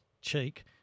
cheek